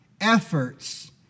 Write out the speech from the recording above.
efforts